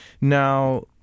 Now